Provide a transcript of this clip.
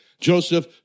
Joseph